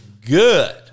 good